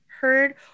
heard